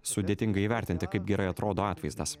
sudėtinga įvertinti kaip gerai atrodo atvaizdas